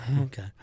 Okay